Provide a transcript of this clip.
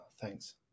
Thanks